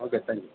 okay thank you